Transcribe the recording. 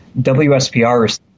WSPR